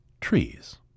trees